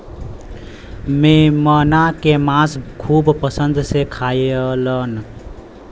मेमना के मांस खूब पसंद से खाएलन